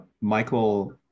michael